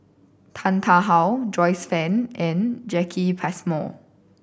Tan Tarn How Joyce Fan and Jacki Passmore